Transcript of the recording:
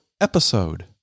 episode